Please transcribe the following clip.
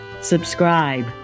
Subscribe